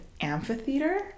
amphitheater